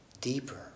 deeper